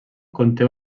conté